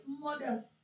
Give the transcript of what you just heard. mothers